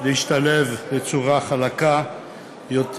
להשתלב בצורה חלקה יותר,